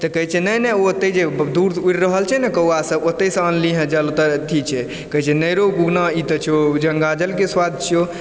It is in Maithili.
तऽ कहय छै नहि नहि ओतय जे दूर उड़ रहल छै कौआ सब ओतय से आनलि हँ जल ओतऽ अथी छै कहै छै नहि रो उगना ई तऽ छौ गङ्गाजलके स्वाद छिऔ